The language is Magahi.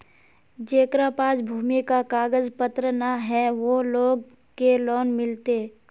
जेकरा पास भूमि का कागज पत्र न है वो लोग के लोन मिलते?